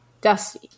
Dusty